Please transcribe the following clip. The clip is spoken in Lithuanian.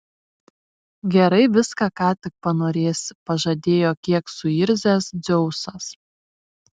gerai viską ką tik panorėsi pažadėjo kiek suirzęs dzeusas